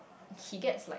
he gets like